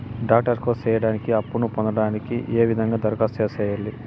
Doctor course సేయడానికి అప్పును పొందడానికి ఏ విధంగా దరఖాస్తు సేయాలి?